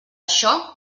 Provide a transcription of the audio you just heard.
això